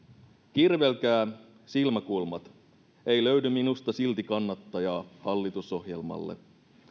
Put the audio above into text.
kirvelkää silmäkulmat ei löydy minusta silti kannattajaa hallitusohjelmalle